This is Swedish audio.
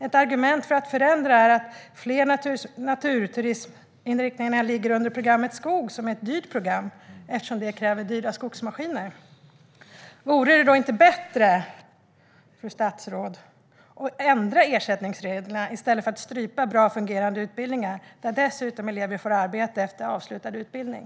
Ett argument för att förändra är att fler av naturturisminriktningarna ligger under programmet Skog, som är ett dyrt program, eftersom det kräver dyra skogsmaskiner. Vore det inte bättre, fru statsråd, att ändra ersättningsreglerna i stället för att strypa bra fungerande utbildningar där elever dessutom får arbete efter avslutad utbildning?